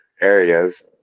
areas